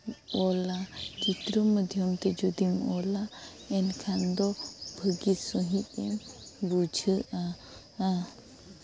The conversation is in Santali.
ᱚᱞᱟ ᱪᱤᱛᱨᱟᱹ ᱢᱟᱫᱽᱫᱷᱚᱭᱢ ᱛᱮ ᱡᱩᱫᱤᱢ ᱚᱞᱟ ᱮᱱᱠᱷᱟᱱ ᱫᱚ ᱵᱷᱟᱹᱜᱤ ᱥᱟᱺᱦᱤᱡ ᱮᱢ ᱵᱩᱡᱷᱟᱹᱜᱼᱟ